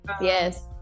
Yes